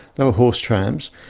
they were horse trams.